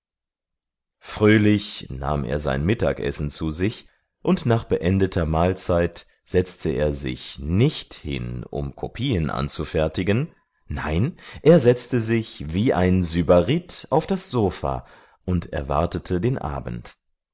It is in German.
fröhlich nahm er sein mittagessen zu sich und nach beendeter mahlzeit setzte er sich nicht hin um kopien anzufertigen nein er setzte sich wie ein sybarit auf das sofa und erwartete den abend